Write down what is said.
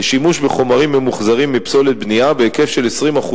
לשימוש בחומרים ממוחזרים מפסולת בנייה בהיקף של 20%